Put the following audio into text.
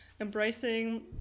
embracing